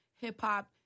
hip-hop